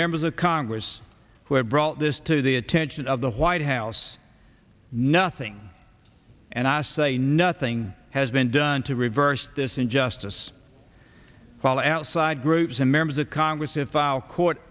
members of congress who have brought this to the attention of the white house nothing and i say nothing has been done to reverse this injustice fall outside groups and members of congress to file court